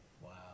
Wow